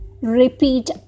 repeat